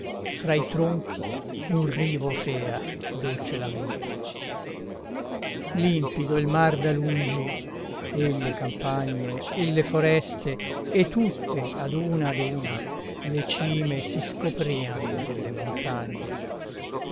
fra i tronchi un rivo fea dolce lamento limpido il mar da lungi e le campagne e le foreste e tutte ad una ad una le cime si scoprian delle montagne